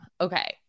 Okay